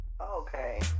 Okay